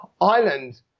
Ireland